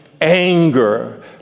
anger